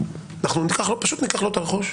אנחנו פשוט ניקח לו את הרכוש?